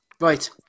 Right